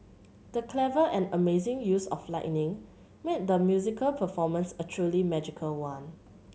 the clever and amazing use of lighting made the musical performance a truly magical one